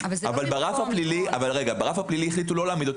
אבל ברף הפלילי החליטו לא להעמידו